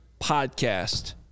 podcast